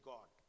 God